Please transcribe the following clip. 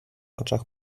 oczach